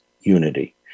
unity